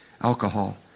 alcohol